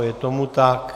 Je tomu tak.